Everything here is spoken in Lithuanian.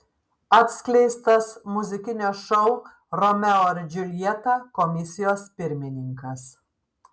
atskleistas muzikinio šou romeo ir džiuljeta komisijos pirmininkas